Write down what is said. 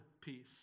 peace